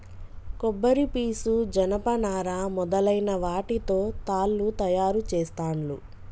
కొబ్బరి పీసు జనప నారా మొదలైన వాటితో తాళ్లు తయారు చేస్తాండ్లు